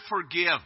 forgive